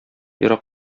ерак